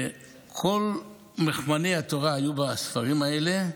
וכל מכמני התורה היו בספרים האלה,